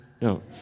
No